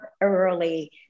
early